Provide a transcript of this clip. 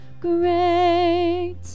Great